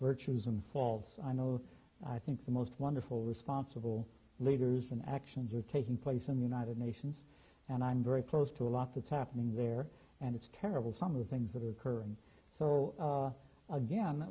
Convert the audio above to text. virtues and falls i know i think the most wonderful responsible leaders in actions are taking place in the united nations and i'm very close to a lot that's happening there and it's terrible some of the things that are occurring so again